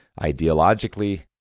ideologically